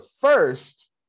first